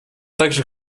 также